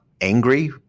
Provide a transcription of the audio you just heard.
angry